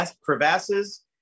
crevasses